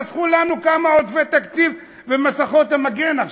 חסכו לנו כמה עודפי תקציב, מסכות המגן עכשיו.